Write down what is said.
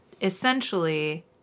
essentially